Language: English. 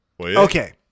Okay